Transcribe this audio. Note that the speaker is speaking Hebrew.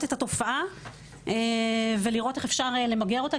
את התופעה ולראות איך אפשר למגר אותה,